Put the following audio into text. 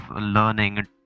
learning